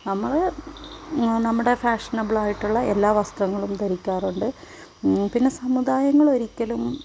നമ്മൾ നമ്മുടെ ഫാഷനബിളായിട്ടുള്ള എല്ലാ വസ്ത്രങ്ങളും ധരിക്കാറുണ്ട് പിന്നെ സമുദായങ്ങൾ ഒരിക്കലും